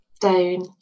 down